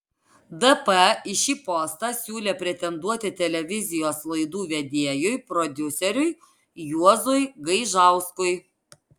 dp į šį postą siūlė pretenduoti televizijos laidų vedėjui prodiuseriui juozui gaižauskui